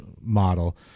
model